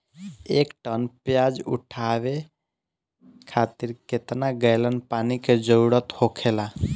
एक टन प्याज उठावे खातिर केतना गैलन पानी के जरूरत होखेला?